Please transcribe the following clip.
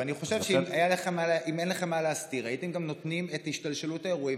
ואני חושב שאם אין לכם מה להסתיר הייתם גם נותנים את השתלשלות האירועים